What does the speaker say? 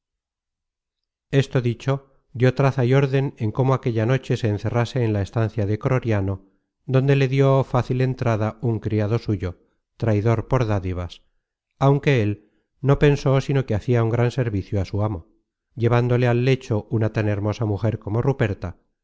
esto dicho dió traza y órden en cómo aquella noche se encerrase en la estancia de croriano donde le dió fácil entrada un criado suyo traidor por dádivas aunque él no pensó sino que hacia un gran servicio á su amo llevándole al lecho una tan hermosa mujer como ruperta